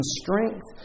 strength